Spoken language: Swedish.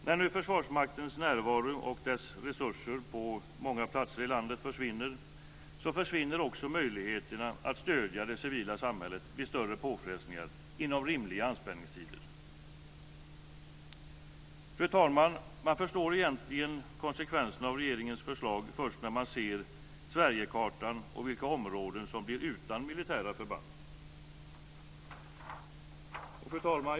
När nu Försvarsmaktens närvaro och dess resurser på många platser i landet försvinner, försvinner också möjligheterna att stödja det civila samhället vid större påfrestningar inom rimliga anspänningstider. Fru talman! Man förstår egentligen konsekvenserna av regeringens förslag först när man ser Sverigekartan och vilka områden som blir utan militära förband. Fru talman!